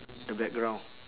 the background